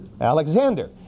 Alexander